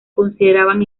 consideraban